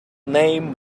name